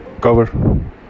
cover